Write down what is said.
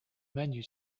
menu